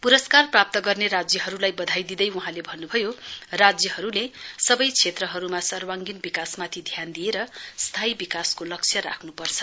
प्रस्कार प्राप्त गर्ने राज्यहरूलाई बधाई दिँदै वहाँले भन्न्भयो राज्यहरूले सबै क्षेत्रहरूमा सर्वाङ्गीन विकासमाथि ध्यान दिएर स्थायी विकासको लक्ष्य राख्नपर्छ